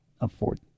afford